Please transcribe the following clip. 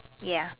ya